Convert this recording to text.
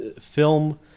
film